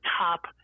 top